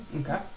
Okay